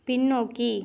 பின்னோக்கி